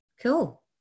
Cool